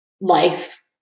life